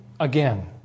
Again